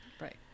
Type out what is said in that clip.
Right